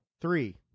Three